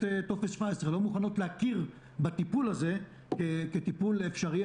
טופס 17 ולא מוכנות להכיר בטיפול הזה כטיפול אפשרי.